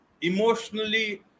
emotionally